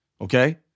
okay